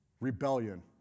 Rebellion